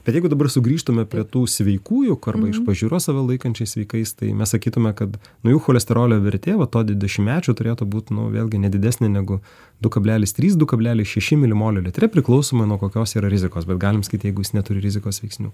bet jeigu dabar sugrįžtume prie tų sveikųjų arba iš pažiūros save laikančiais sveikais tai mes sakytume kad nu jų cholesterolio vertė va to dvidešimtmečio turėtų būt nuo vėlgi ne didesnė negu du kablelis trys du kablelis šeši mylimolio litre priklausomai nuo kokios yra rizikos bet galim sakyt jeigu jis neturi rizikos veiksnių